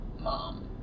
mom